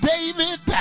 David